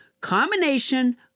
combination